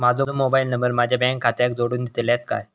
माजो mobile number माझ्या bank खात्याक जोडून दितल्यात काय?